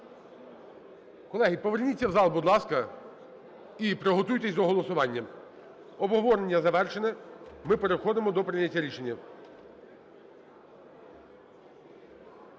Колеги, поверніться в зал, будь ласка, і приготуйтеся до голосування. Обговорення завершене, ми переходимо до прийняття рішення.